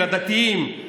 לדתיים,